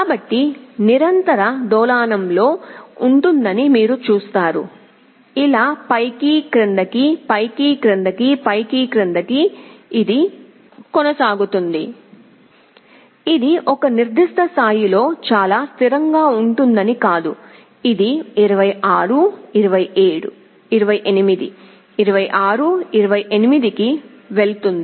కాబట్టి నిరంతర డోలనం లో ఉంటుందని మీరు చూస్తారు ఇలా పైకి క్రిందికి పైకి క్రిందికి పైకి క్రిందికి ఇది కొనసాగుతుంది ఇది ఒక నిర్దిష్ట స్థాయిలో చాలా స్థిరంగా ఉంటుందని కాదు ఇది 26 28 26 28 కి వెళుతుంది